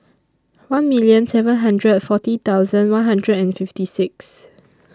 one million seven hundred and forty thousand one hundred and fifty six